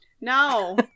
No